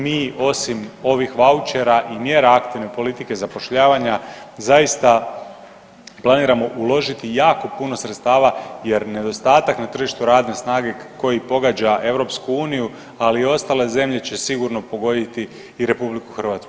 Mi osim ovih vaučera i mjera aktivne politike zapošljavanja zaista planiramo uložiti jako puno sredstava jer nedostatak na tržištu radne snage koji pogađa EU, ali i ostale zemlje će sigurno pogoditi i RH.